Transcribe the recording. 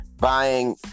buying